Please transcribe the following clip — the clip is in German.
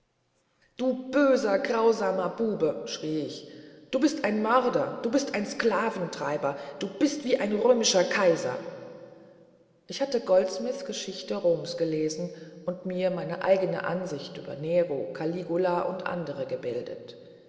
du böser grausamer bube schrie ich du bist wie ein mörder du bist wie ein sklaventreiber du bist wie die römischen kaiser ich hatte goldsmiths geschichte roms gelesen und mir meine eigene ansicht über nero caligula und andere gebildet